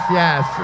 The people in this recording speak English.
yes